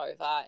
over